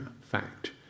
fact